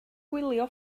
gwylio